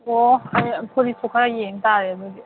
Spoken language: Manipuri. ꯑꯣ ꯑꯩ ꯐꯨꯔꯤꯠꯁꯨ ꯈꯔ ꯌꯦꯡ ꯇꯥꯔꯦ ꯑꯗꯨꯗꯤ